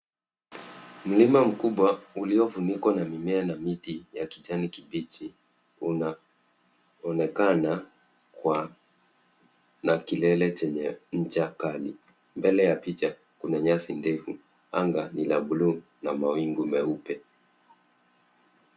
Mlima mkubwa uliofunikwa na mimea na miti ya kijani kibichi unaonekana kwa na kilele chenye ncha kali. Mbele ya picha kuna nyasi ndefu. Anga ni la buluu na mawingu meupe.